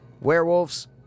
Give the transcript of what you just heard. werewolves